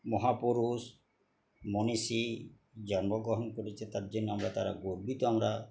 মহাপুরুষ মনীষী জন্মগ্রহণ করেছে তার জন্য আমরা তারা গর্বিত আমরা